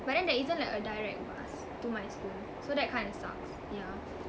but then there isn't like a direct bus to my school so that kind of sucks yeah